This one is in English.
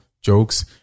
jokes